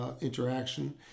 interaction